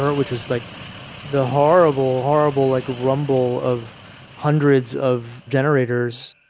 um which was like the horrible, horrible like, rumble of hundreds of generators